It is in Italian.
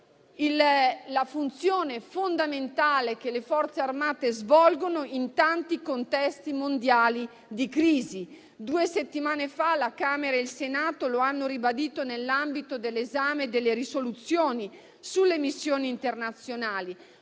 la funzione fondamentale che le Forze armate svolgono in tanti contesti mondiali di crisi. Due settimane fa, la Camera dei deputati e il Senato lo hanno ribadito nell'ambito dell'esame delle risoluzioni sulle missioni internazionali.